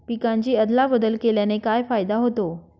पिकांची अदला बदल केल्याने काय फायदा होतो?